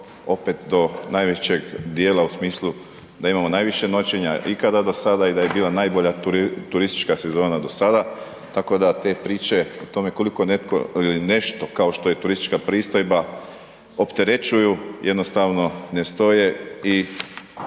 opet do najvećeg dijela u smislu da imamo najviše noćenja ikada do sada i da je bila najbolja turistička sezona do sada. Tako da te priče o tome koliko netko ili nešto kao što je turistička pristojba opterećuju jednostavno ne stoje i